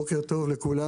בוקר טוב לכולם.